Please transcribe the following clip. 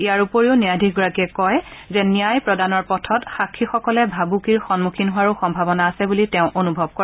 ইয়াৰ উপৰিও ন্যায়াধীশগৰাকীয়ে কয় যে ন্যায় প্ৰদানৰ পথত সাক্ষীসকলে ভাবুকিৰ সন্মুখীন হোৱাৰো সম্ভাৱনা আছে বুলি তেওঁ অনুভব কৰে